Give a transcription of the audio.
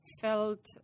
felt